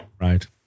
right